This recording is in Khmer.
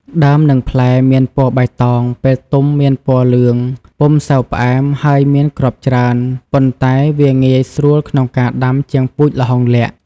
ដើម និងផ្លែមានពណ៌បៃតង ពេលទុំមានពណ៌លឿង ពុំសូវផ្អែមហើយមានគ្រាប់ច្រើន ប៉ុន្តែវាងាយស្រួលក្នុងការដាំជាងពូជល្ហុងលក្ខ័ ។